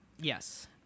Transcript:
Yes